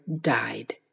died